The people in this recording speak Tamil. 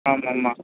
ஆமாம் ஆமாம்